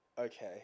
Okay